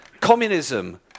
Communism